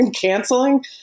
Canceling